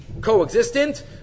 coexistent